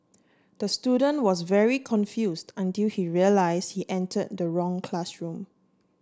the student was very confused until he realise he enter the wrong classroom